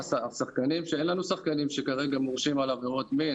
אין לנו שחקנים כרגע שמורשעים בעבירות מין.